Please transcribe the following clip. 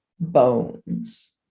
bones